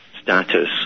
status